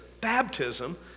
baptism